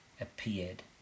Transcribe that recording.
appeared